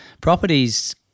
properties